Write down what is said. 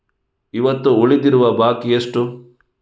ಇವತ್ತು ಉಳಿದಿರುವ ಬಾಕಿ ಎಷ್ಟು?